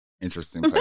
Interesting